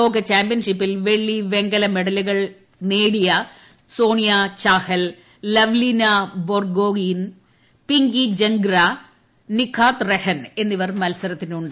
ലോകചാമ്പ്യൻഷിപ്പിൽ വെള്ളി വെങ്കല മെഡൽ ജേതാക്കളായ സോണിയ ചാഹൽ ലവ്ലിന ബോർ ഗൊയ്ൻ പിങ്കി ജൻഗ്ര നിഖാത് റെഹൻ എന്നിവർ മത്സരത്തിനുണ്ട്